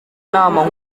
inama